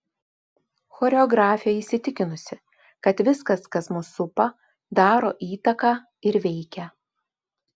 choreografė įsitikinusi kad viskas kas mus supa daro įtaką ir veikia